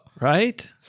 Right